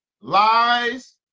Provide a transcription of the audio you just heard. lies